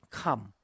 come